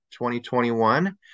2021